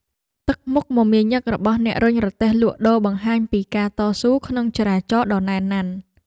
ទឹកមុខមមាញឹករបស់អ្នករុញរទេះលក់ដូរបង្ហាញពីការតស៊ូក្នុងចរាចរណ៍ដ៏ណែនណាន់។